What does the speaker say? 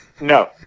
No